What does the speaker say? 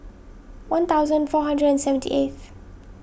one thousand four hundred and seventy eighth